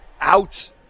out